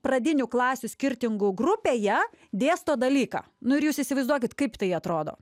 pradinių klasių skirtingų grupėje dėsto dalyką nu ir jūs įsivaizduokit kaip tai atrodo